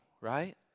right